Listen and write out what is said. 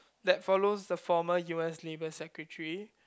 that follows the former U_S labour secretary